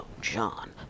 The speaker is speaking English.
John